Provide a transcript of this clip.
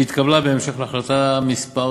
שהתקבלה בהמשך להחלטה מס'